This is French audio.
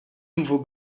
nouveaux